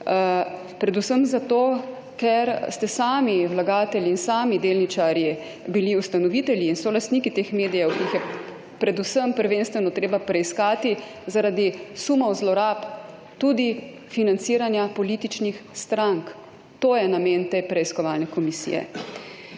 Predvsem zato, ker ste sami vlagatelji in sami delničarji, bili ustanovitelji in solastniki teh medijev, ki jih je predvsem prvenstveno treba preiskati zaradi sumov zlorab tudi financiranja političnih strank. To je namen te preiskovalne komisije.